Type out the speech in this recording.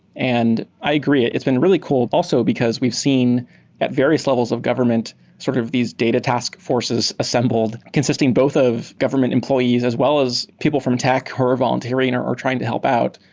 and i agree. it's been really cool also because we've seen at various levels of government sort of these data taskforces assembled consisting both of government employees as well as people from tech who are volunteering or trying to help out,